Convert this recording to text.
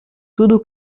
tudo